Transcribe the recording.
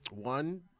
one